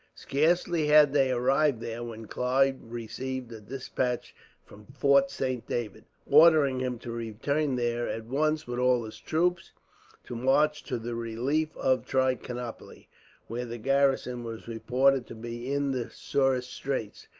scarcely had they arrived there when clive received a despatch from fort saint david ordering him to return there at once, with all his troops to march to the relief of trichinopoli, where the garrison was reported to be in the sorest straits,